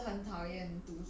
but then